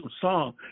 song